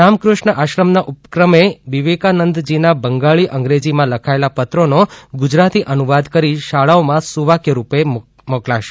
રામકુષ્ણ આશ્રમના ઉપક્રમે વિવેકાનંદજીના બંગાળી અંગ્રેજીમાં લખાયેલા પત્રીનો ગુજરાતી અનુવાદ કરી શાળાઓમાં સુવાક્ય રૂપે મોકલાશે